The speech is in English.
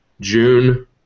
June